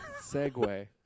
segue